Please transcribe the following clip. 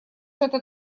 это